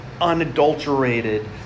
unadulterated